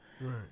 Right